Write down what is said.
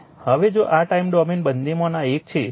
હવે જો તે ટાઇમ ડોમેન બંનેમાં આ એક છે